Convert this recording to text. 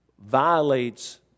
violates